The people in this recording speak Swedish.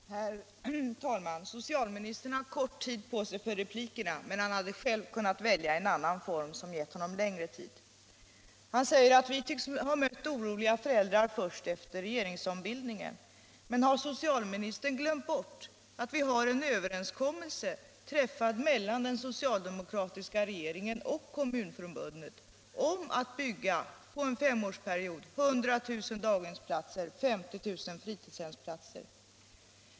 Herr talman! Socialministern har kort tid på sig för replikerna, men han hade själv kunnat välja en annan form för debatten som givit honom längre tid. Herr Gustavsson sade att vi tycks ha mött oroliga föräldrar först efter regeringsskiftet. Men har socialministern glömt bort att det finns en överenskommelse som träffades mellan den socialdemokratiska regeringen och Kommunförbundet om att bygga under en femårsperiod 100 000 daghemsplatser och 50 000 fritidshemsplatser?